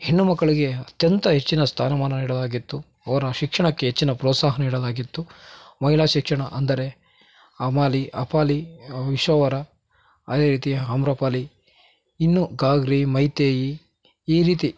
ಹೆಣ್ಣು ಮಕ್ಕಳಿಗೆ ಅತ್ಯಂತ ಹೆಚ್ಚಿನ ಸ್ಥಾನಮಾನ ನೀಡಲಾಗಿತ್ತು ಅವರ ಶಿಕ್ಷಣಕ್ಕೆ ಹೆಚ್ಚಿನ ಪ್ರೋತ್ಸಾಹ ನೀಡಲಾಗಿತ್ತು ಮಹಿಳಾ ಶಿಕ್ಷಣ ಅಂದರೆ ಅಮಾಲಿ ಅಫಾಲಿ ವಿಶೋವರ ಅದೇ ರೀತಿ ಆಮ್ರಪಾಲಿ ಇನ್ನು ಗಾರ್ಗಿ ಮೈತ್ರೇಯೀ ಈ ರೀತಿ